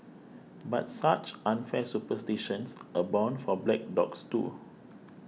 but such unfair superstitions abound for black dogs too